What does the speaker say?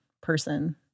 person